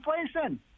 Inflation